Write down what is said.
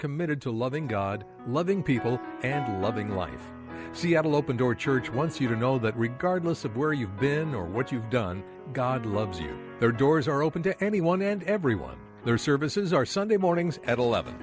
committed to loving god loving people and loving life seattle open door church once you know that regardless of where you've been or what you've done god loves their doors are open to anyone and everyone their services are sunday mornings at eleven